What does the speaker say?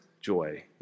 joy